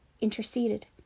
interceded